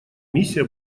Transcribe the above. миссия